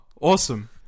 awesome